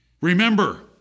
Remember